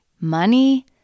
money